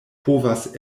povas